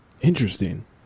Interesting